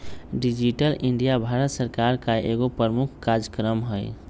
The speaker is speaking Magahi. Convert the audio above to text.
डिजिटल इंडिया भारत सरकार का एगो प्रमुख काजक्रम हइ